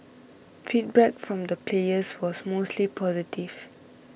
feedback from the players was mostly positive